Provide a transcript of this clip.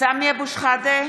סמי אבו שחאדה,